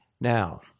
Now